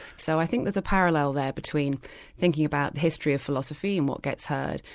so i think there's a parallel there between thinking about the history of philosophy and what gets heard,